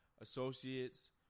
associates